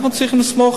אנחנו צריכים לסמוך,